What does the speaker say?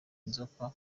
nzoka